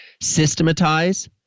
systematize